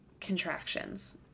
contractions